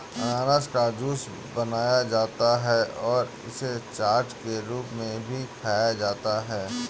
अनन्नास का जूस बनाया जाता है और इसे चाट के रूप में भी खाया जाता है